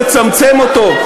לצמצם אותו.